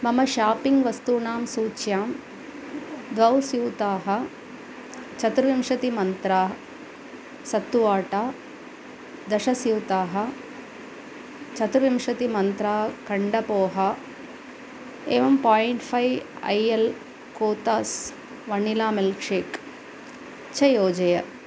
मम शापिङ्ग् वस्तूनां सूच्यां द्वौ स्यूताः चतुर्विंशतिमन्त्रा सत्तु आटा दश स्यूताः चतुर्विंशतिमन्त्रा कण्डपोहा एवं पायिण्ट् फ़ै ऐ एल् कोतास् वणिला मिल्क् शेक् च योजय